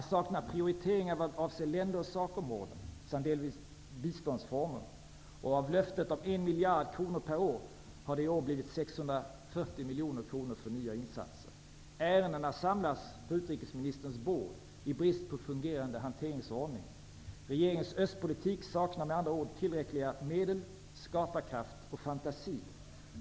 Det saknas prioriteringar vad avser länder och sakområden samt delvis biståndsformer. Av löftet om en miljard kronor per år har det i år blivit 640 miljoner kronor för nya insatser. Ärendena samlas på utrikesministerns bord i brist på fungerande hanteringsordning. Regeringens östpolitik saknar med andra ord tillräckliga medel, skaparkraft och fantasi.